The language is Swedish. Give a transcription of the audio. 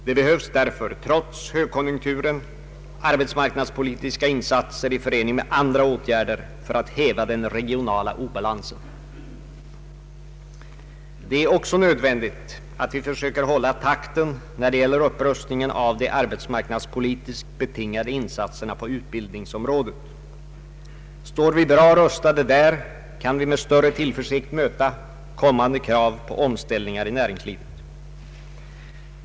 Det behövs därför trots högkonjunkturen arbetsmarknadspolitiska insatser i förening med andra åtgärder för att häva den regionala obalansen. Det är också nödvändigt att vi försöker hålla takten när det gäller upprustningen av de arbetsmarknadspolitiskt betingade insatserna på utbildningsområdet. Står vi bra rustade där, kan vi med större tillförsikt möta kommande krav på omställningar i näringslivet.